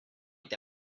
est